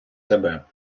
себе